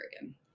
again